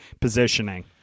positioning